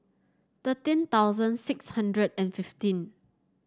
thirteen thousand six hundred and fifteen